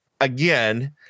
again